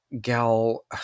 gal